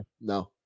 No